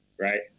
Right